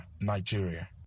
Nigeria